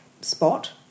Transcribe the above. spot